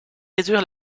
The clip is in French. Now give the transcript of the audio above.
réduire